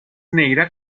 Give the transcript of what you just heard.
negra